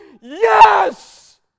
Yes